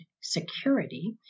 security